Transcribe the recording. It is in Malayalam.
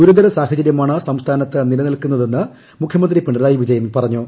ഗുരുതര സാഹചര്യമാണ് സംസ്ഥാനത്ത് നിലനിൽക്കുന്നതെന്ന് മുഖ്യമന്ത്രി പിണറായി വിജയൻ പറഞ്ഞു